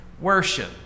worship